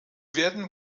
werden